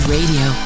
Radio